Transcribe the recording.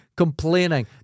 complaining